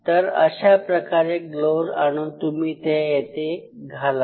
तर अशाप्रकारे ग्लोवज आणून तुम्ही ते इथे घालावे